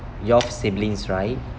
your siblings right